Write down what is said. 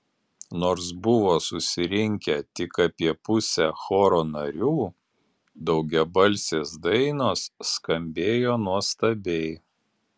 nors buvo susirinkę tik apie pusė choro narių daugiabalsės dainos skambėjo nuostabiai